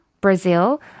Brazil